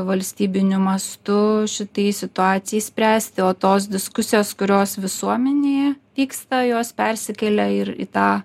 valstybiniu mastu šitai situacijai spręsti o tos diskusijos kurios visuomenėje vyksta jos persikelia ir į tą